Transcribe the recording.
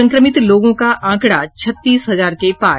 संक्रमित लोगों का आंकड़ा छत्तीस हजार के पार